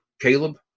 Caleb